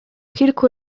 kilku